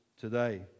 today